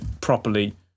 properly